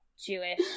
Jewish